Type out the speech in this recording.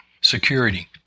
security